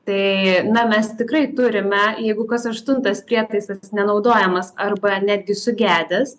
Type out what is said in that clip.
tai na mes tikrai turime jeigu kas aštuntas prietaisas nenaudojamas arba netgi sugedęs